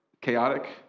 chaotic